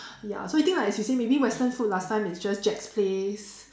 ya so you think like as you say maybe Western food last time is just Jack's-place